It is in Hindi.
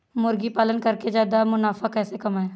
मुर्गी पालन करके ज्यादा मुनाफा कैसे कमाएँ?